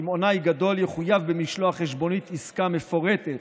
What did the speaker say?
קמעונאי גדול יחויב במשלוח חשבונית עסקה מפורטת